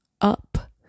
up